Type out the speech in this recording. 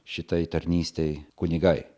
šitai tarnystei kunigai